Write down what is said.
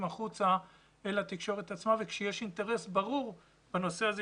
החוצה אל התקשורת עצמה וכשיש אינטרס ברור בנושא הזה,